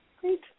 Great